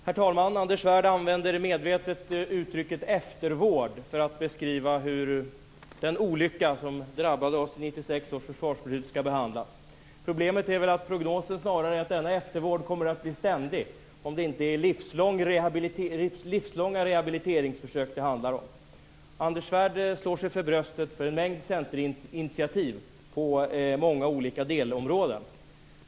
Herr talman! Anders Svärd använder medvetet uttrycket eftervård för att beskriva hur den olycka som drabbade oss genom 1996 års försvarsbeslut skall behandlas. Problemet är väl att prognosen snarare är att denna eftervård kommer att bli ständig, om det inte är livslånga rehabiliteringsförsök som det handlar om. Anders Svärd slår sig för bröstet för en mängd centerinitiativ på många olika delområden.